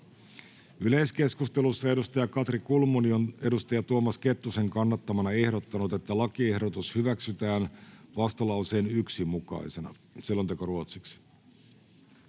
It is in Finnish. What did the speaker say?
Yleiskeskustelussa Katri Kulmuni on Tuomas Kettusen kannattamana ehdottanut, että lakiehdotukset hyväksytään vastalauseen 1 mukaisena, ja Mai Kivelä